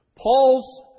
Paul's